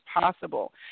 possible